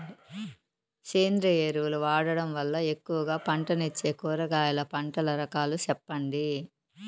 సేంద్రియ ఎరువులు వాడడం వల్ల ఎక్కువగా పంటనిచ్చే కూరగాయల పంటల రకాలు సెప్పండి?